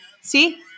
See